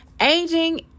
Aging